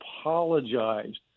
apologized